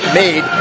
made